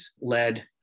led